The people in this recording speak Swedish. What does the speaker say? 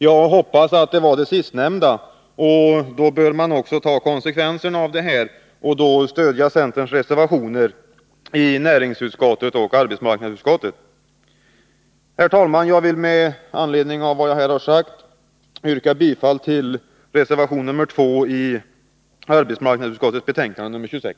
Jag hoppas att det var det sistnämnda, och då bör man också ta konsekvenserna av detta och stödja centerns reservationer i näringsutskottet och arbetsmarknadsutskottet. Herr talman! Jag yrkar bifall till reservation nr 2 till arbetsmarknadsutskottets betänkande nr 26.